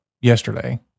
yesterday